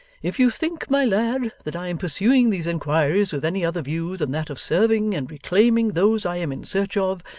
if you think, my lad, that i am pursuing these inquiries with any other view than that of serving and reclaiming those i am in search of,